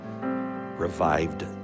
revived